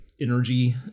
energy